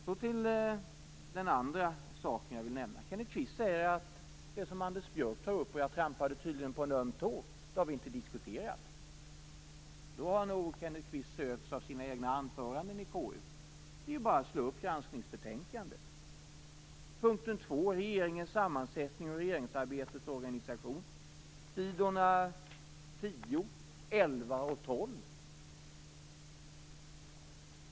Så till den andra saken jag vill nämna. Kenneth Kvist säger att det som Anders Björck tar upp - jag trampade tydligen på en öm tå - har vi inte diskuterat. Då har nog Kenneth Kvist sövts av sina egna anföranden i KU. Det är ju bara att slå upp granskningsbetänkandets punkt 2, Regeringens sammansättning och regeringsarbetets organisation, s. 10, 11 och 12.